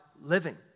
living